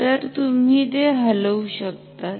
तर तुम्ही हे हलवु शकतात